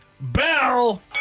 bell